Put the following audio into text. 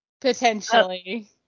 Potentially